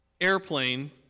airplane